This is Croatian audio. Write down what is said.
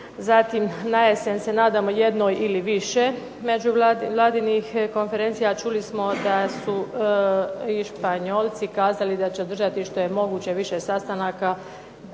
Zatim, najesen se nadamo jednoj ili više međuvladinih konferencija, a čuli smo da su i Španjolci kazali da će održati što je moguće više sastanaka